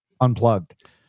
unplugged